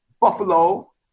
Buffalo